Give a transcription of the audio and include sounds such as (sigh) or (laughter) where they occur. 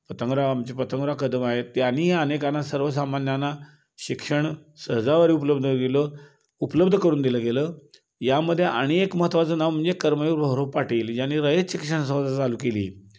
पतंगराव आमचे पतंगराव कदम आहेत त्यानीही अनेकांना सर्वसामान्यांना शिक्षण सहजावर उपलब्ध गेलो उपलब्ध करून दिलं गेलं यामध्ये आणि एक महत्त्वाचं नाव म्हणजे कर्मवीर भाऊराव पाटील यांनी रयत शिक्षण (unintelligible) चालू केली